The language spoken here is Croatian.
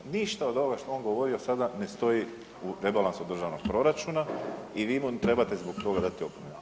Ništa od ovoga što je on govorio sada ne stoji u rebalansu državnog proračuna i vi mu trebate zbog toga dati opomenu.